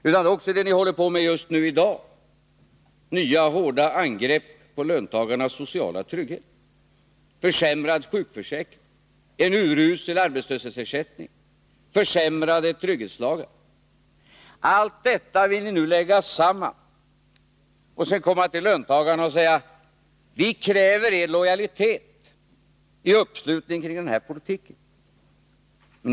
Det är också det ni håller på med i dag: nya hårda angrepp på löntagarnas sociala trygghet, försämrad sjukförsäkring, en urusel arbetslöshetsersättning och försämrade trygghetslagar. Allt detta vill ni nu lägga samman och sedan komma till löntagarna och säga: Vi kräver er lojalitet i uppslutning till den här politiken.